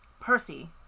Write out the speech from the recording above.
Percy